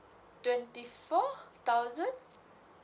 twenty four thousand